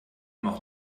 noch